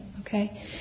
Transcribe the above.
okay